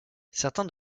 certains